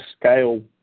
scale